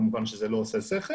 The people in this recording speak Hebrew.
כמובן שזה לא הגיוני.